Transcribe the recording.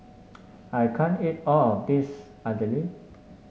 I can't eat all of this Idili